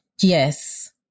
Yes